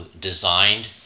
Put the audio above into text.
designed